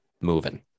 moving